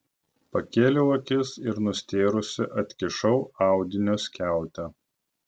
pakėliau akis ir nustėrusi atkišau audinio skiautę